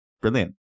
Brilliant